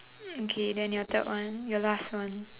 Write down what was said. mm okay then your third one your last one